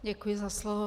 Děkuji za slovo.